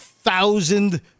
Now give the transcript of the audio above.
thousand